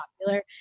popular